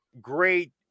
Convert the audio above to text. great